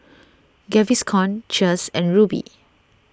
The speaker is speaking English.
Gaviscon Cheers and Rubi